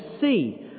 see